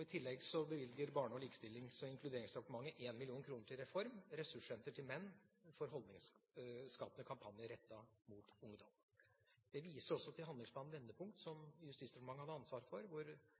I tillegg bevilger Barne-, likestillings- og inkluderingsdepartementet 1 mill. kr til Reform, ressurssenter for menn, til en holdningsskapende kampanje rettet mot ungdom. Jeg viser også til handlingsplanen Vendepunkt, som Justisdepartementet hadde ansvaret for, som dreier seg om vold i nære relasjoner, hvor